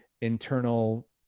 internal